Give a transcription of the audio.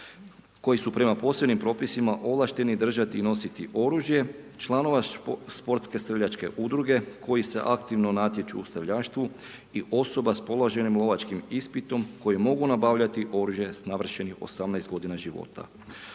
koji su prema posebnim propisima ovlašteni držati i nositi oružje, članova Sportske streljačke udruge koji se aktivno natječu u streljaštvu i osoba sa položenim lovačkim ispitom koji mogu nabavljati oružje sa navršenih 18 godina života.